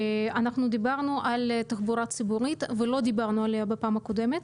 אנחנו מדברים על תחבורה ציבורית ולא דיברנו עליה בפעם הקודמת.